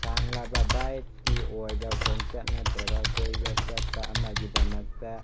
ꯁꯥꯡꯂꯕ ꯕꯥꯏꯛꯀꯤ ꯑꯣꯏꯕ ꯈꯣꯡꯆꯠ ꯅꯠꯇ꯭ꯔꯒ ꯀꯣꯏꯕ ꯆꯠꯄ ꯑꯃꯒꯤꯗꯃꯛꯇ